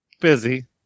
busy